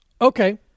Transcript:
Okay